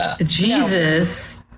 Jesus